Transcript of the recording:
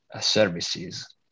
services